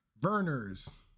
Verner's